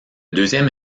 deuxième